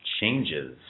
Changes